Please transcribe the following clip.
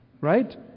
right